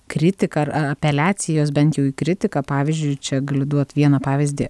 kritiką ar apeliacijos bent jau į kritiką pavyzdžiui čia gali duot vieną pavyzdį